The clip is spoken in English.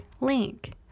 link